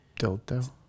dildo